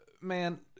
man